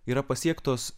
yra pasiektos